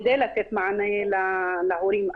כדי לתת מענה להורים.